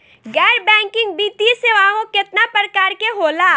गैर बैंकिंग वित्तीय सेवाओं केतना प्रकार के होला?